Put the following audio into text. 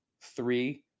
three